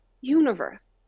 universe